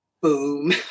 boom